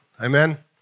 Amen